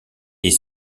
est